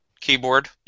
keyboard